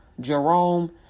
Jerome